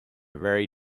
very